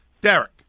Derek